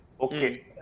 okay